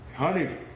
Honey